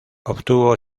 obtuvo